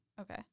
Okay